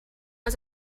was